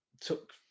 took